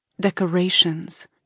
decorations